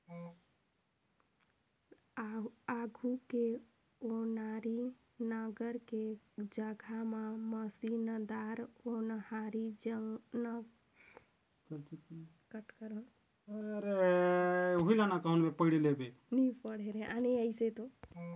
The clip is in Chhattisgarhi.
आघु के ओनारी नांगर के जघा म मसीनदार ओन्हारी नागर आए लगिस अहे